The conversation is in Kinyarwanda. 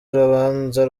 urubanza